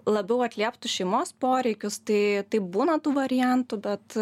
labiau atlieptų šeimos poreikius tai taip būna tų variantų bet